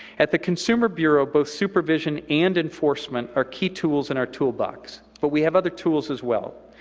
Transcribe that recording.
at the consumer bureau, both supervision and enforcement are key tools in our toolbox, but we have other tools as well.